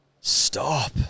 Stop